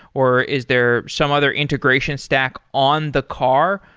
or is there some other integration stack on the car?